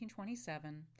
1927